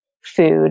food